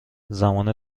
زمان